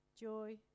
joy